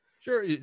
Sure